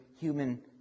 human